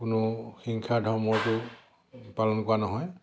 কোনো হিংসাৰ ধৰ্মৰ পালন কৰা নহয়